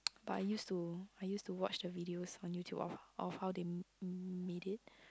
but I used to I used to watch the videos on YouTube of of how they made it